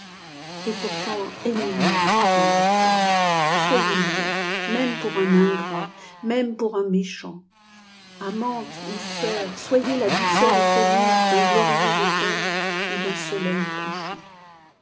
et pourtant aimez-moi tendre cœur soyez mère même pour un ingrat même pour un méchant amante ou sœur soyez la douceur éphémèred'un glorieux automne ou d'un soleil couchant